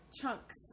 chunks